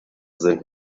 sind